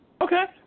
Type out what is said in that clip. Okay